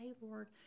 Lord